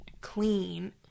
clean